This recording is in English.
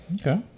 Okay